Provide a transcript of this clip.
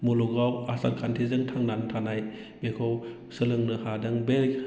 मुलुगाव आसार खान्थिजों थांनानै थानाय बेखौ सोलोंनो हादों बे